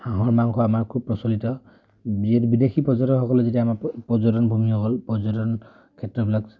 হাঁহৰ মাংস আমাৰ খুব প্ৰচলিত বিদেশী পৰ্যটকসকলে যেতিয়া আমাৰ পৰ্যটন ভূমিসকল পৰ্যটন ক্ষেত্ৰবিলাক